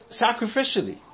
sacrificially